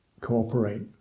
cooperate